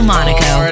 Monaco